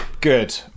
Good